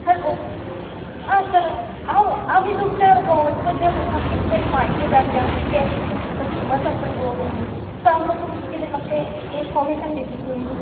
hello आं sir हांव आमी तुमच्या दोंगरा बद्दल आमकां कितें तरी म्हायती जाय आसली कॅजू तुमचो तो फेमस आसा गोवान न्हू सो आमकां तुमी कितें मातशें इनफॉर्मेशन दितलें तुमी